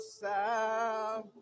sound